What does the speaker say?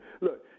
look